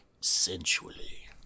sensually